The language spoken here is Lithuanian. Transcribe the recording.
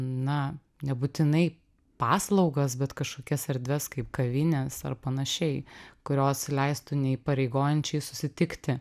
na nebūtinai paslaugas bet kažkokias erdves kaip kavinės ar panašiai kurios leistų neįpareigojančiai susitikti